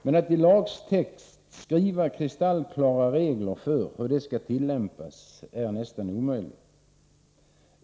Men att i en lagtext kristallklart ange regler för hur tillämpningen skall ske är nästan omöjligt.